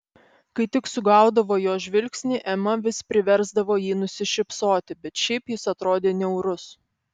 kai tik sugaudavo jo žvilgsnį ema vis priversdavo jį nusišypsoti bet šiaip jis atrodė niaurus